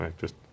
just-